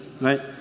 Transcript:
right